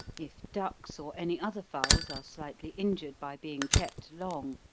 if ducks or any other fowls are slightly injured by being kept long,